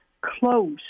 close